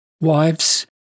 Wives